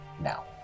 now